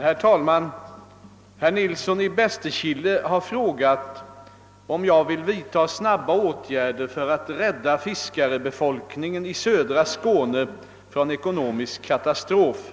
Herr talman! Herr Nilsson i Bästekille har frågat om jag vill vidta snabba åtgärder för att rädda fiskarbefolkningen i södra Skåne från ekonomisk katastrof.